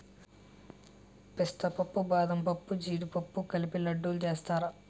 పిస్తా పప్పు బాదంపప్పు జీడిపప్పు కలిపి లడ్డూలు సేస్తారు